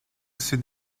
sud